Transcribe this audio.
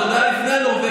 זה היה עוד לפני הנורבגי,